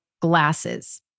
glasses